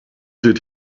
did